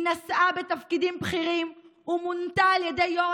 היא נשאה בתפקידים בכירים ומונתה על ידי יו"ר